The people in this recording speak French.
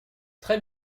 très